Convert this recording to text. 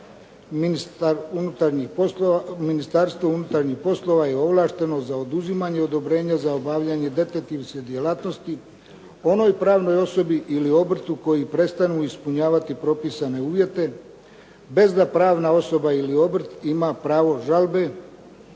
poslova, Ministarstvo unutarnjih poslova je ovlašteno za oduzimanje odobrenja za obavljanje detektivske djelatnosti onoj pravnoj osobi ili obrtu koji prestanu ispunjavati propisane uvjete bez da pravna osoba ili obrt ima pravo žalbe.